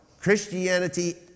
Christianity